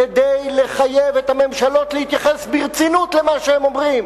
כדי לחייב את הממשלות להתייחס ברצינות למה שהם אומרים.